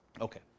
Okay